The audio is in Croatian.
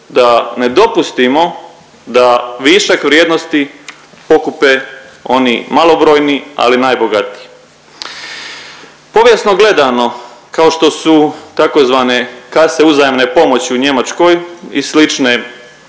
da ne dopustimo da višak vrijednosti pokupe oni malobrojni, ali najbogatiji. Povijesno gledano kao što su tzv. kase uzajamne pomoći u Njemačkoj i slične